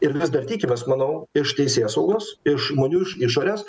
ir vis dar tikimės manau iš teisėsaugos iš žmonių iš išorės